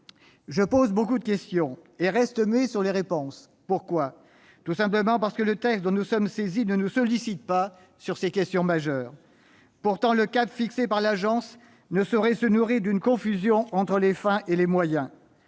Je pose beaucoup de questions et reste muet sur les réponses. Pourquoi ? Tout simplement parce que le texte dont nous sommes saisis ne nous sollicite pas sur ces questions majeures ! Pourtant, le cap fixé par l'Agence ne saurait résulter d'une confusion entre les fins et les moyens.